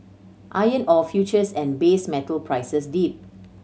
iron ore futures and base metal prices dipped